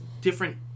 different